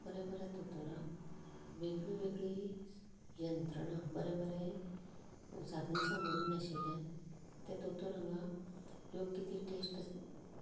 पूण त्या बऱ्या बऱ्या दोतोरांक वेगळीं वेगळीं यंत्रणा बरे बरे साधन सामुग्री नाशिल्ल्यान ते दोतोर हांगा लोक कितें टॅस्ट